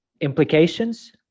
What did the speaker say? implications